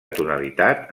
tonalitat